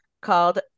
called